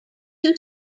two